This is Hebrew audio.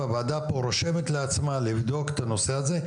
והוועדה פה רושמת לעצמה לבדוק את הנושא הזה.